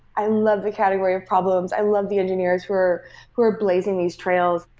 i love the category of problems. i love the engineers who are who are blazing these trails,